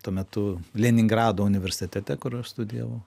tuo metu leningrado universitete kur aš studijavau